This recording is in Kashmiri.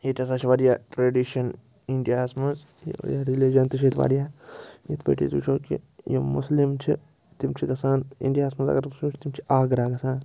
ییٚتہِ ہَسا چھِ واریاہ ٹرٛیٚڈِشَن اِنڈیا ہَس منٛز ریٚلِجیٚن تہِ چھِ ییٚتہِ واریاہ یِتھ کٲٹھۍ أسۍ وُچھو کہِ یِم مسلم چھِ تِم چھِ گَژھان اِنڈیا ہَس منٛز اگر أسۍ وُچھو تِم چھِ آگرہ گَژھان